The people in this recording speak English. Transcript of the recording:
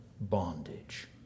bondage